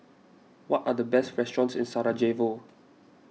what are the best restaurants in Sarajevo